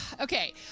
okay